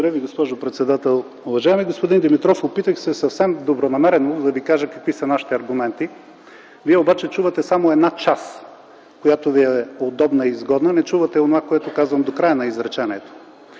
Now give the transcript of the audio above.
Благодаря Ви, госпожо председател. Уважаеми господин Димитров, опитах се съвсем добронамерено да ви кажа какви са нашите аргументи. Вие обаче чувате само една част, която ви е удобна и изгодна – не чувате онова, което казвам до края на изречението.